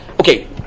okay